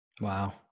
Wow